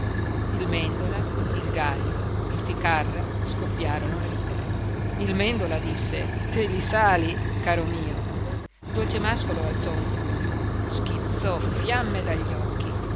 il mèndola il gaglio il ficarra scoppiarono a ridere il mèndola disse te li sali caro mio dolcemàscolo alzò un pugno schizzò fiamme dagli occhi